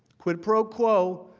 quid pro quo,